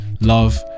love